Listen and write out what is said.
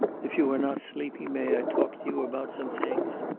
if you are not sleepy, may i talk to you about some things?